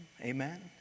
amen